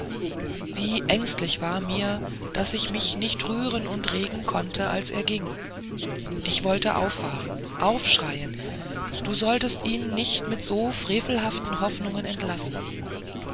wie ängstlich war mir daß ich mich nicht rühren und regen konnte als er ging ich wollte auffahren aufschreien du solltest ihn nicht mit so frevelhaften hoffnungen entlassen